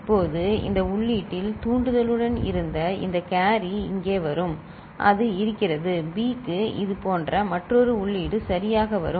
இப்போது இந்த உள்ளீட்டில் தூண்டுதலுடன் இருந்த இந்த கேரி இங்கே வரும் அது இருக்கிறது B க்கு இதுபோன்ற மற்றொரு உள்ளீடு சரியாக வரும்